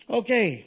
okay